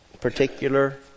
particular